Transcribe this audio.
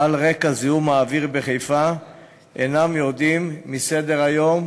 על רקע זיהום האוויר בחיפה אינם יורדים מסדר-היום,